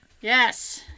Yes